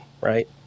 right